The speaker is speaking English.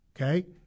okay